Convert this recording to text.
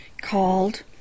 called